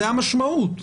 זאת המשמעות,